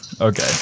Okay